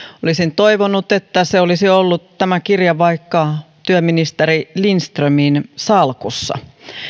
olisin toivonut että tämä kirja olisi ollut vaikka työministeri lindströmin salkussa